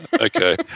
Okay